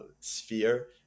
sphere